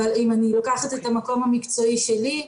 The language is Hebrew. אבל אם אני לוקחת את המקום המקצועי שלי,